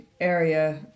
area